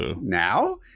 Now